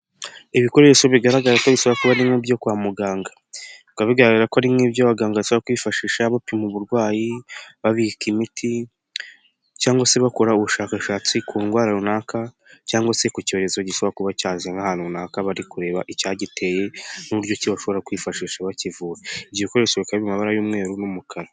Ibikoresho bigaragara ko bisa nkibyo kwa muganga bikaba bigaragara ko ari nk'ibyo abaganga bifashisha bapima uburwayi, babika imiti cyangwa se bakora ubushakashatsi ku ndwara runaka cyangwa se ku cyorezo gisaba kuba cyaza ahantu runaka bari kureba icyagiteye n'uburyo kibashobora kwifashisha bakivura igihekoresho kiri mumabara y'umweru n'umukara.